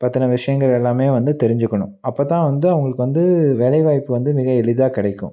பற்றின விஷயங்கள் எல்லாமே வந்து தெரிஞ்சிக்கணும் அப்போ தான் வந்து அவங்களுக்கு வந்து வேலைவாய்ப்பு வந்து மிக எளிதாக கிடைக்கும்